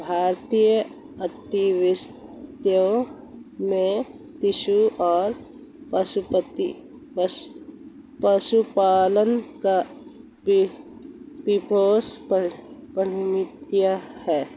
भारतीय अर्थव्यवस्था में कृषि और पशुपालन का विशेष महत्त्व है